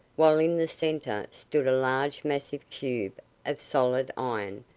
while in the centre stood a large massive cube of solid iron,